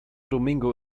domingo